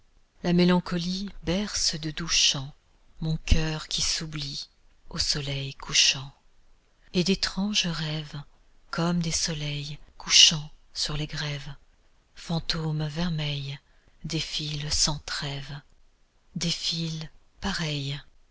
la mélancolie berce de doux chants mon coeur qui s'oublie aux soleils couchants et d'étranges rêves comme des soleils couchants sur les grèves fantômes vermeils défilent sans trêves défilent pareils